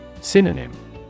Synonym